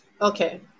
Okay